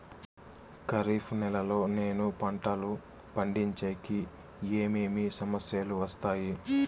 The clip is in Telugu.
ఖరీఫ్ నెలలో నేను పంటలు పండించేకి ఏమేమి సమస్యలు వస్తాయి?